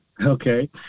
Okay